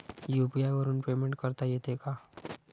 UPI वरून payment करता येते का?